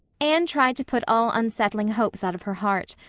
anne tried to put all unsettling hopes out of her heart,